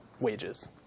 wages